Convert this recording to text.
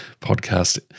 podcast